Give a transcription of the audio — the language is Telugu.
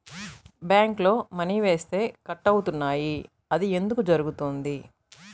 బ్యాంక్లో మని వేస్తే కట్ అవుతున్నాయి అది ఎందుకు జరుగుతోంది?